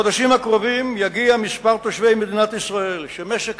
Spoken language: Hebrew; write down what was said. בחודשים הקרובים יגיע מספר תושבי מדינת ישראל שמשק